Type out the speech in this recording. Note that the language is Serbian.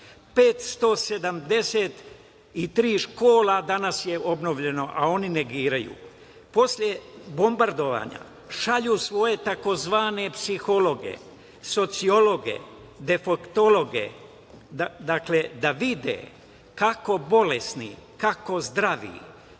tri škole danas je obnovljeno, a oni negiraju. Posle bombardovanja šalju svoje tzv. psihologe, sociologe, defektologe, dakle, da vide kako bolesni, kako zdravi,